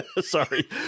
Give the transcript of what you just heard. sorry